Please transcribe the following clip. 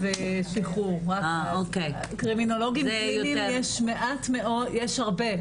קרימינולוגים קליניים יש הרבה,